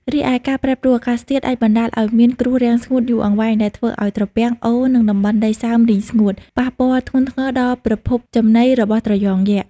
រីឯការប្រែប្រួលអាកាសធាតុអាចបណ្តាលឲ្យមាន គ្រោះរាំងស្ងួតយូរអង្វែង ដែលធ្វើឲ្យត្រពាំង អូរ និងតំបន់ដីសើមរីងស្ងួត ប៉ះពាល់ធ្ងន់ធ្ងរដល់ប្រភពចំណីរបស់ត្រយងយក្ស។